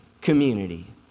community